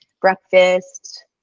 breakfast